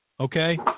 Okay